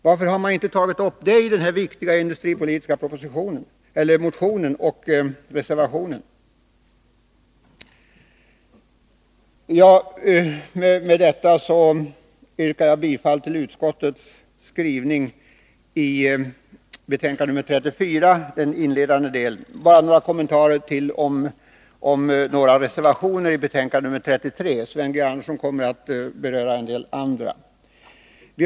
Varför har man inte tagit upp det i den här viktiga industripolitiska motionen och i reservationen? Med detta yrkar jag bifall till utskottets hemställan i betänkande 34, den inledande delen. Så några kommentarer om ett par reservationer i betänkande 33. Sven G. Andersson kommer att beröra en del annat.